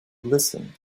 listened